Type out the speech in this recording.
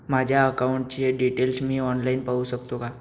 माझ्या अकाउंटचे डिटेल्स मी ऑनलाईन पाहू शकतो का?